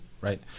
right